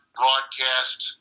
broadcast